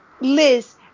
Liz